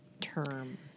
term